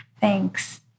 Thanks